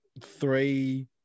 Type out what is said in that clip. three